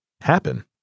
happen